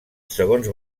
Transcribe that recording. segons